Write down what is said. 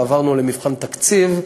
ועברנו למבחן תקציב,